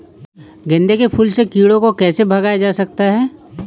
गेंदे के फूल से कीड़ों को कैसे भगाया जा सकता है?